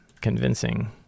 convincing